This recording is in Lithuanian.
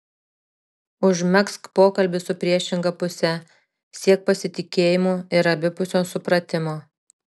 užmegzk pokalbį su priešinga puse siek pasitikėjimo ir abipusio supratimo